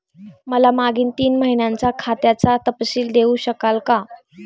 मला मागील तीन महिन्यांचा खात्याचा तपशील देऊ शकाल का?